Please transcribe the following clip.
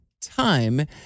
time